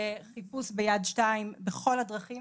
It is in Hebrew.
בחיפוש ביד 2 ובכל הדרכים